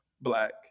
Black